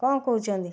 କ'ଣ କହୁଛନ୍ତି